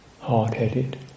hard-headed